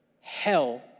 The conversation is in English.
Hell